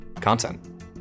content